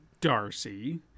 Darcy